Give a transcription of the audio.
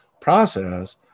process